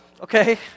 okay